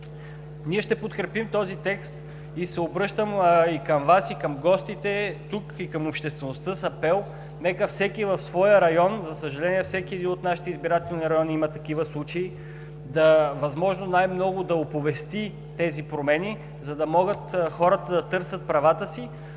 Ние ще подкрепим този текст и се обръщам и към Вас, и към гостите тук, и към обществеността с апел: нека всеки в своя район, за съжаление, във всеки един от нашите избирателни райони има такива случаи, възможно най-много да оповести тези промени, за да могат хората да търсят правата си.